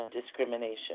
discrimination